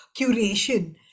curation